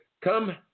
Come